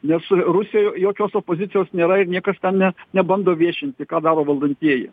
nes rusijoj jokios opozicijos nėra ir niekas ten ne nebando viešinti ką daro valdantieji